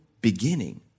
beginning